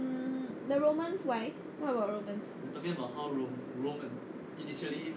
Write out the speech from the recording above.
the romans why what about romans